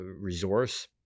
resource